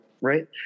right